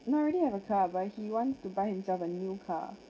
not I already have a car but he wants to buy himself a new car